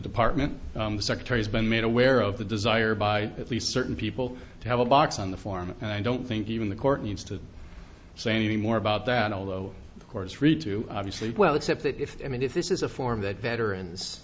department the secretary has been made aware of the desire by at least certain people to have a box on the form and i don't think even the court needs to say anything more about that although of course free to obviously well except if i mean if this is a form that veterans